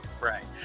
Right